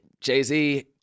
Jay-Z